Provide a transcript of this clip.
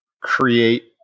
create